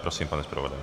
Prosím, pane zpravodaji.